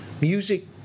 music